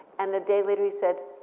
and a day later he said,